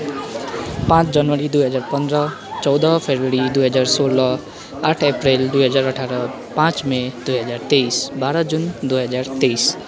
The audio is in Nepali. पाँच जनवरी दुई हजार पन्ध्र चौध फरवरी दुई हजार सोह्र आठ अप्रेल दुई हजार अठार पाँच मे दुई हजार तेइस बाह्र जुन दुई हजार तेइस